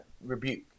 rebuke